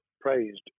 praised